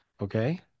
Okay